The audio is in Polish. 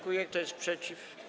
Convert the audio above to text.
Kto jest przeciw?